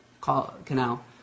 canal